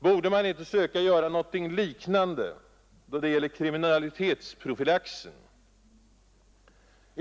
Borde man inte försöka göra någonting liknande då det gäller kriminalitetsprofylaxen?